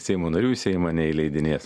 seimo narių į seimą neįleidinės